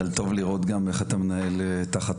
אבל טוב לראות גם איך אתה מנהל תחת